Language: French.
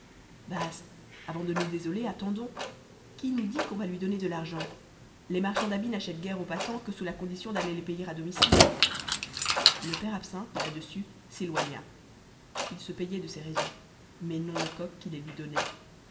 bast avant de nous désoler attendons qui nous dit qu'on va lui donner de l'argent les marchands d'habits n'achètent guère aux passants que sous la condition d'aller les payer à domicile le père absinthe là-dessus s'éloigna il se payait de ces raisons mais non lecoq qui les lui donnait